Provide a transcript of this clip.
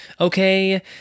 okay